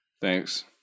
Thanks